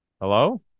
Hello